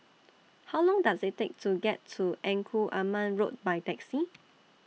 How Long Does IT Take to get to Engku Aman Road By Taxi